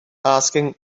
asking